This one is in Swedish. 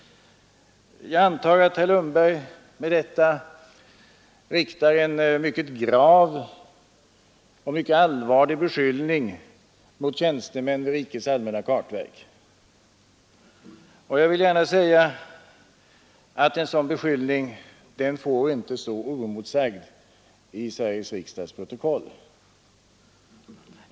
Med detta riktar herr Lundberg en mycket grav beskyllning mot tjänstemän vid rikets allmänna kartverk. En sådan beskyllning får inte stå oemotsagd i Sveriges riksdags protokoll.